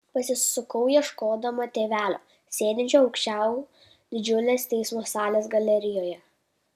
pasisukau ieškodama tėvelio sėdinčio aukščiau didžiulės teismo salės galerijoje